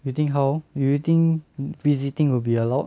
you think how do you think visiting will be allowed